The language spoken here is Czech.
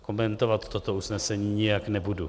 Komentovat toto usnesení nijak nebudu.